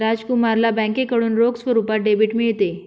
राजकुमारला बँकेकडून रोख स्वरूपात डेबिट मिळते